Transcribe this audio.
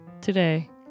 today